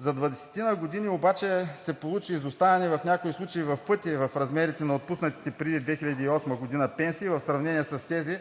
двадесетина година обаче се получи изоставане в някои случаи в пъти в размерите на отпуснатите преди 2008 г. пенсии, в сравнение с тези